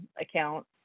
account